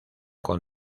con